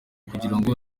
kugirango